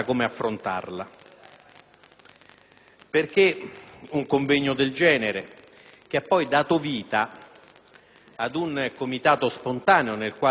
Perché un convegno del genere? Esso ha poi dato vita ad un comitato spontaneo, nel quale sono